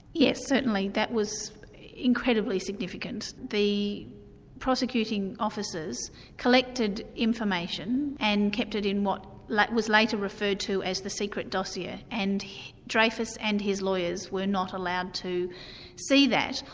yes, certainly, that was incredibly significant. the prosecuting officers collected information, and kept it in what like was later referred to as the secret dossier and dreyfus and his lawyers were not allowed to see that,